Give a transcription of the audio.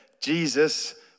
jesus